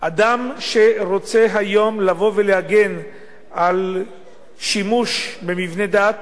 שאדם שרוצה היום לבוא ולהגן על שימוש במבנה דת